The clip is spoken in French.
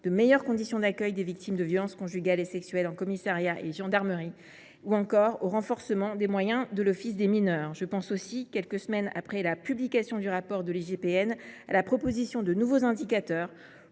de meilleures conditions d’accueil des victimes de violences conjugales et sexuelles dans les commissariats et gendarmeries ou encore au renforcement des moyens de l’Office mineurs (Ofmin). Je pense aussi, quelques semaines après la publication du rapport de l’inspection générale de